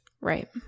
Right